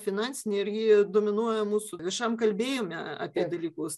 finansinį ir ji dominuoja mūsų viešam kalbėjime apie dalykus